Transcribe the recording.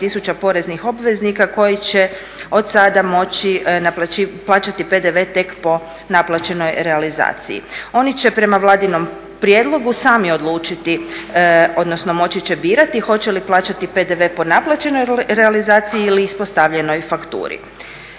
120000 poreznih obveznika koji će od sada moći plaćati PDV tek po naplaćenoj realizaciji. Oni će prema vladinom prijedlogu sami odlučiti, odnosno moći će birati hoće li plaćati PDV po naplaćenoj realizaciji ili ispostavljenoj fakturi.